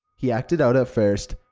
he acted out at first,